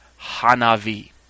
Hanavi